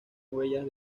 huellas